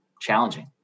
challenging